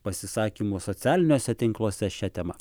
pasisakymų socialiniuose tinkluose šia tema